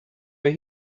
were